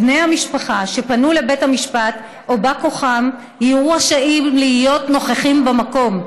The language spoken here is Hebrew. בני המשפחה שפנו לבית המשפט או בא כוחם יהיו רשאים להיות נוכחים במקום.